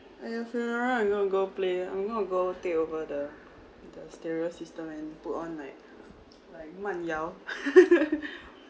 at your funeral I'm going to go play I'm going to take over the the stereo system and put on like like 慢摇